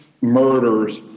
murders